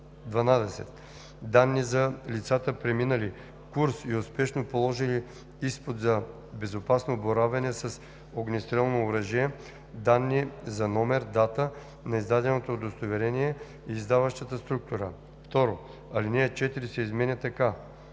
„12. данни за лицата преминали курс и успешно положили изпит за безопасно боравене с огнестрелно оръжие, данни за номер, дата на издаденото удостоверение и издаващата структура.“ 2. Алинея 4 се изменя така: